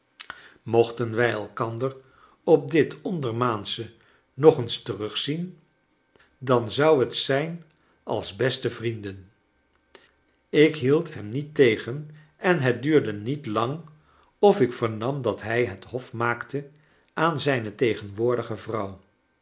mochten wij eikander op dit ondermaansche nog eens terugzien dan zou het zijn als beste vrienden ik hield hem niet tegen en het duurde niet lang of ik vernam dat hij het hof maakte aan zijne tegenwoordige vrouw